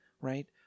right